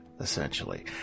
essentially